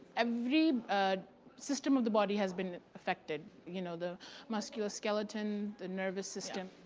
every system of the body has been affected, you know, the muscular, skeleton, the nervous system.